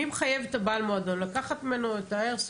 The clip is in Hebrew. מי מחייב את בעל המועדון לקחת ממנו את האיירסופט?